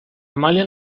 amalia